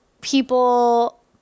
people